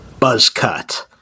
BUZZCUT